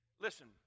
Listen